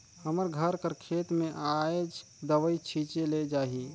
हमर घर कर खेत में आएज दवई छींचे ले जाही